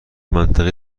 منطقه